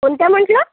कोणत्या म्हटलं